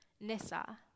nissa